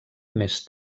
més